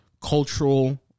cultural